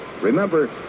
remember